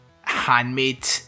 handmade